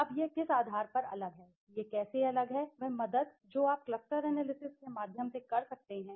अब यह किस आधार पर अलग है यह कैसे अलग है वह मदद जो आप क्लस्टर एनालिसिस के माध्यम से कर सकते हैं